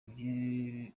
ibiro